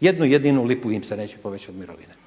Jednu jedinu lipu im se neće povećati mirovine.